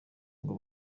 ngo